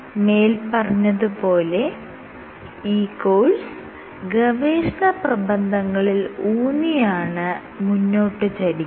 മേല്പറഞ്ഞത് പോലെ ഈ കോഴ്സ് ഗവേഷണ പ്രബന്ധങ്ങളിൽ ഊന്നിയാണ് മുന്നോട്ട് ചരിക്കുന്നത്